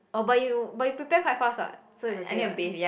oh but you but you prepare quite fast [what] so it's okay [what]